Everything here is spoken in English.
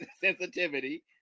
Sensitivity